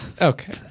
Okay